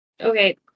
okay